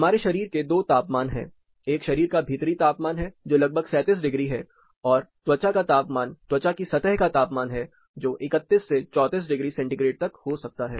हमारे शरीर के दो तापमान हैं एक शरीर का भीतरी तापमान है जो लगभग 37 डिग्री है और त्वचा का तापमान त्वचा की सतह का तापमान है जो 31 से 34 डिग्री सेंटीग्रेड तक हो सकता है